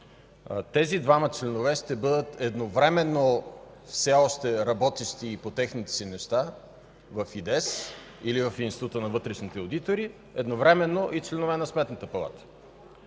Тези двама членове ще бъдат едновременно все още работещи и по техните си места – в ИДЕС, или в Института на вътрешните одитори, едновременно и членове на Сметната палата.